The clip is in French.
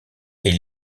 est